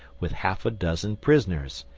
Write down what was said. with half a dozen prisoners,